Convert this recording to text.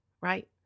right